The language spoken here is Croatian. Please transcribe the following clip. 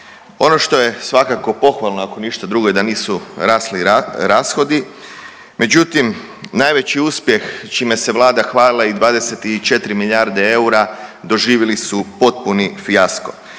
Ono što je svakako pohvalno ako ništa drugo da nisu rasli rashodi, međutim najveći uspjeh čime se vlada hvalila i 24 milijarde eura doživili su potpuni fijasko.